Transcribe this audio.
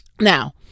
Now